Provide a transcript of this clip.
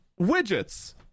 widgets